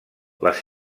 les